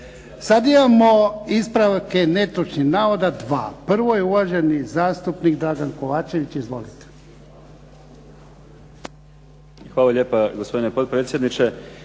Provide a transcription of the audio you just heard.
Sada imamo ispravke netočnih navoda 2. Prvo je uvaženi zastupnik Dražen KOvačević. Izvolite. **Kovačević, Dragan (HDZ)** Hvala lijepa gospodine potpredsjedniče.